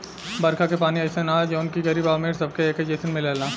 बरखा के पानी अइसन ह जवन की गरीब आ अमीर सबके एके जईसन मिलेला